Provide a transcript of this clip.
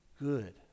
good